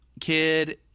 kid